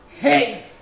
hey